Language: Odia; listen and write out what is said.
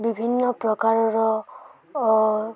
ବିଭିନ୍ନ ପ୍ରକାରର